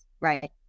right